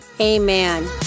Amen